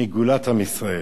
מגאולת עם ישראל.